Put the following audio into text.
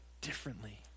differently